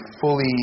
fully